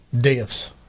deaths